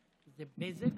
בזק,